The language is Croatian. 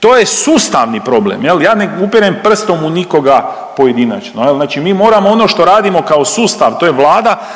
To je sustavni problem. Ja ne upirem prstom u nikoga pojedinačno, je li, znači mi moramo ono što radimo kao sustav, a to je Vlada,